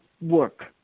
work